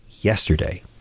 yesterday